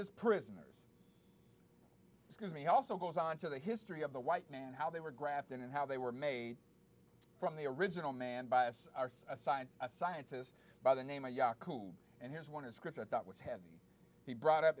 his prisoners excuse me he also goes on to the history of the white man how they were graft and how they were made from the original man by us r c assigned a scientist by the name of yaku and here's one as chris i thought was heavy he brought up